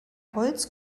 holz